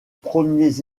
premiers